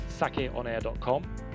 sakeonair.com